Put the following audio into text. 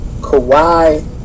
Kawhi